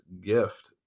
gift